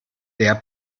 der